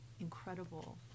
incredible